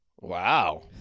Wow